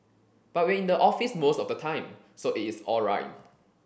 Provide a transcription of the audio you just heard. but we are in the office most of the time so it is all right